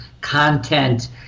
content